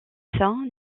saint